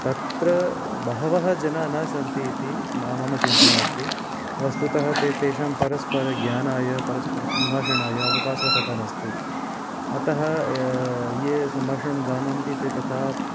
तत्र बहवः जनाः न सन्ति इति मा मम चिन्तनम् अस्ति वस्तुतः ते तेषाम् परस्परज्ञानाय परस्परसम्भाषणाय अवकाशः तथा नास्ति अतः ये सम्भाषणं जानन्ति ते तथा